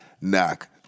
knock